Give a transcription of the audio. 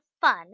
fun